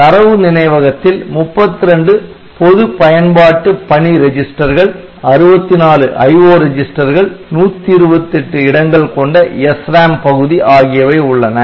தரவு நினைவகத்தில் 32 பொது பயன்பாட்டு பணி ரெஜிஸ்டர்கள் 64 IO ரெஜிஸ்டர்கள் 128 இடங்கள் கொண்ட SRAM பகுதி ஆகியவை உள்ளன